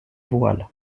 voile